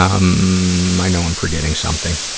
um, i know i'm forgetting something.